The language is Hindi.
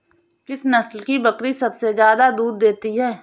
किस नस्ल की बकरी सबसे ज्यादा दूध देती है?